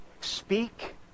speak